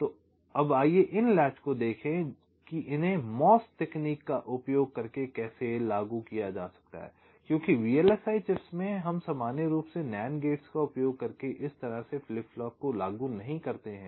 तो अब आइए इन लैच को देखें कि इन्हें MOS तकनीक का उपयोग करके कैसे लागू किया जा सकता है क्योंकि VLSI चिप्स में हम सामान्य रूप से NAND गेट्स का उपयोग करके इस तरह से फ्लिप फ्लॉप को लागू नहीं करते हैं